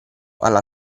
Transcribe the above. alla